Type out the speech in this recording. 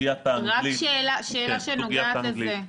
רק שאלה שנוגעת לזה.